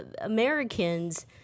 Americans